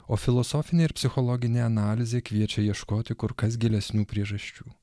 o filosofinė ir psichologinė analizė kviečia ieškoti kur kas gilesnių priežasčių